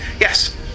Yes